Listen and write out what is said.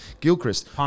Gilchrist